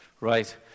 Right